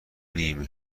نیمه